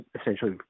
essentially